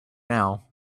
now